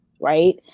right